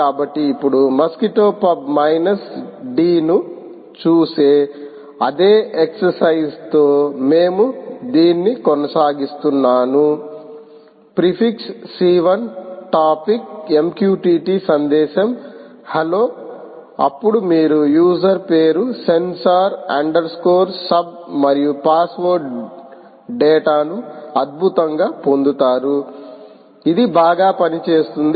కాబట్టి ఇప్పుడు Mosquitto pub minus d ను చూసే అదే ఎక్సర్సైజ్ తో మేము దీన్ని కొనసాగిస్తున్నాను ప్రీఫిక్స c1 టాపిక్ MQTT సందేశం హలో అప్పుడు మీరు యూజర్ పేరు సెన్సార్ అండర్ స్కోర్ సబ్ మరియు పాస్వర్డ్ డేటా ను అద్భుతంగా పొందుతారు ఇది బాగా పనిచేస్తుంది